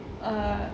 err